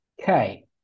okay